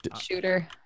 shooter